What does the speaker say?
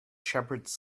shepherds